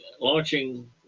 launching